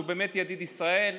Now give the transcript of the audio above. שהוא באמת ידיד ישראל.